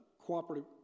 cooperative